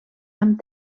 amb